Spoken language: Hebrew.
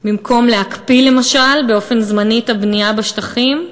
במקום להקפיא, למשל, באופן זמני את הבנייה בשטחים,